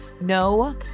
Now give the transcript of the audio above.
No